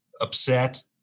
Upset